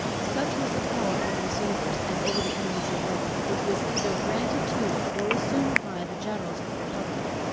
such was the power over the soldiers, and over the enemies of rome, which was either granted to, or assumed by, the generals of the republic.